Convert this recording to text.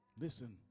listen